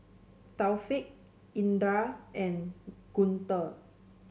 Taufik Indra and Guntur